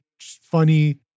Funny